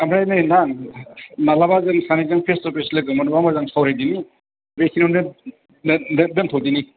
ओमफ्राय नै नोंथां माब्लाबा जों सानैजों फेस टु फेस लोगो मोनब्ला मोजां सावरायदिनि बेखिनियावनो दोन दोनथ'दिनि